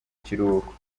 kiruhuko